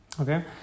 okay